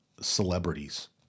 celebrities